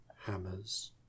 hammers